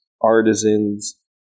artisans